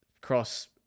cross